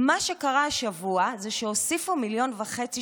מה שקרה השבוע זה שהוסיפו מיליון וחצי